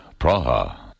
Praha